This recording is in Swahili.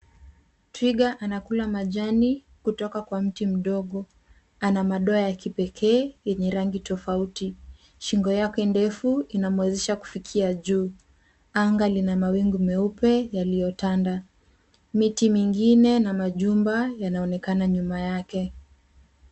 Twiga anakula majani kutoka kwa mti mdogo. Ana madoa ya kipekee yenye rangi tofauti. Shingo yake ndefu inamuwezesha kufikia juu. Anga lina mawingu meupe, yaliyotanda. Miti mingine na majumba yanaonekana nyuma yake.